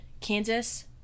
Kansas